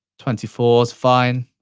twenty four is fine.